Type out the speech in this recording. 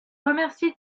remercie